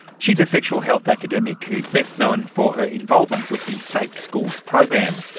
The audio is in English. she is a sexual health academic who is best known for her involvement with the safe schools program.